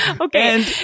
Okay